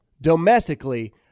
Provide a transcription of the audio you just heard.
domestically